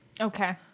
Okay